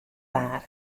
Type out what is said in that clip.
waar